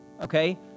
okay